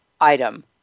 item